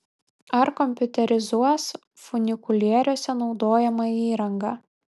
ar kompiuterizuos funikulieriuose naudojamą įrangą